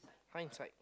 fine side